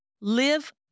live